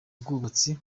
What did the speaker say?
bwubatsi